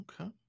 Okay